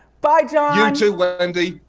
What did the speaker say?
bye john! you too wendy.